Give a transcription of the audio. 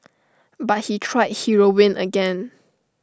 but he tried heroin again